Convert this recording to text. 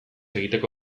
egiteko